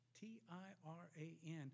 T-I-R-A-N